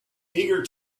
eager